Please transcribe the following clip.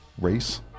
Race